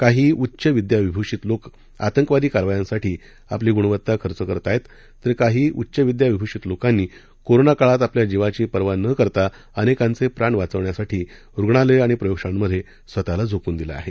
काही उच्चविद्याविभुषित लोक आतकवादी कारवायांसाठी आपली गुणवत्ता खर्च करत आहेत तर काही उच्चविद्या विभुषित लोकांनी कोरोना काळात आपल्या जीवाची पर्वा न करता अनेकांचे प्राण वाचवण्यासाठी रुग्णालयं आणि प्रयोगशाळांमधे स्वतःला झोकून देत आहेत